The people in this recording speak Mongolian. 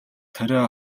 тариа